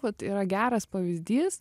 vat yra geras pavyzdys